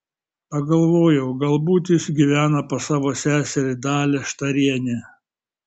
pagalvojau galbūt jis gyvena pas savo seserį dalią štarienę